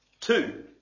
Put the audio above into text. Two